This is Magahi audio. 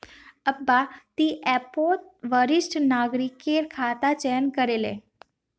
अब्बा ती ऐपत वरिष्ठ नागरिकेर खाता चयन करे ले